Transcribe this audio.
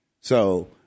So-